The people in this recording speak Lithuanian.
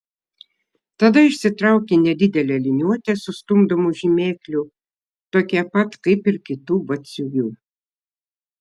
tada išsitraukė nedidelę liniuotę su stumdomu žymekliu tokią pat kaip ir kitų batsiuvių